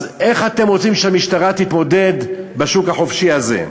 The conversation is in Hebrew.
אז איך אתם רוצים שהמשטרה תתמודד בשוק החופשי הזה?